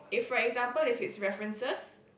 if for example if it's references